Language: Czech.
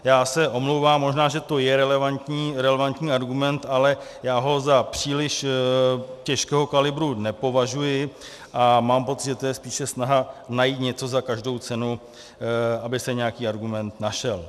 Já se omlouvám, možná, že to je relevantní argument, ale já ho za příliš těžkého kalibru nepovažuji, mám pocit, že to je spíše snaha najít něco za každou cenu, aby se nějaký argument našel.